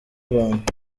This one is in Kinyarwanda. rwanda